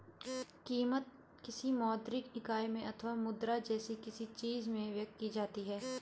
कीमत, किसी मौद्रिक इकाई में अथवा मुद्रा जैसी किसी चीज में व्यक्त की जाती है